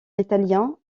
italien